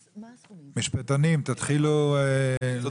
משפטנים, תנו